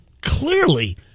clearly